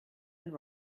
and